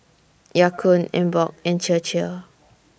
Ya Kun Emborg and Chir Chir